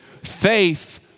faith